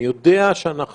אני יודע שאנחנו